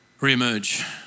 Re-emerge